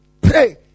Pray